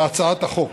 בהצעת החוק.